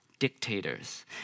Dictators